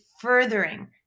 furthering